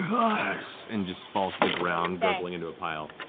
and just falls to the ground gurgling, into a pile.